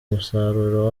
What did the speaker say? umusaruro